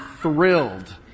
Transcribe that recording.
thrilled